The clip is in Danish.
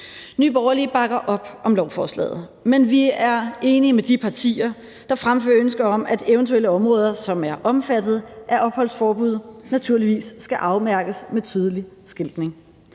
Nye Borgerlige bakker op om lovforslaget, men vi er enige med de partier, der fremfører ønske om, at eventuelle områder, som er omfattet af opholdsforbud, naturligvis skal afmærkes med tydelig skiltning.